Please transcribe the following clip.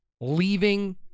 leaving